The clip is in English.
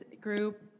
group